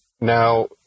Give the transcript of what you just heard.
now